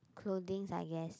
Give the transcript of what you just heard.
clothings I guess